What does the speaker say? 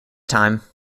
time